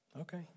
Okay